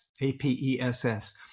A-P-E-S-S